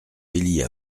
élie